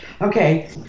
Okay